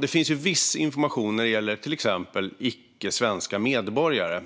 Det finns viss information när det gäller till exempel icke-svenska medborgare.